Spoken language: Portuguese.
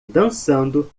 dançando